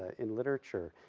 in literature,